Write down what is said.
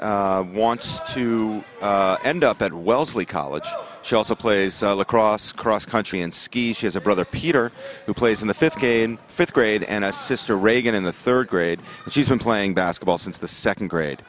sheehan wants to end up at wellesley college she also plays lacrosse cross country and ski she has a brother peter who plays in the fifth k in fifth grade and a sister reagan in the third grade and she's been playing basketball since the second grade